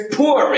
poor